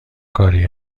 کاری